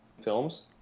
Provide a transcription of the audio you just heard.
films